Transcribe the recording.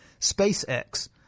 SpaceX